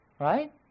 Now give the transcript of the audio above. Right